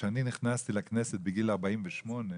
שכשאני נכנסי לכנסת בגיל 48,